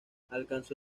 alcanzó